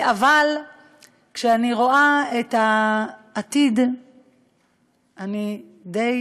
אבל כשאני רואה את העתיד אני די